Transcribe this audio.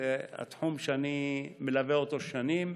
זה תחום שאני מלווה אותו שנים,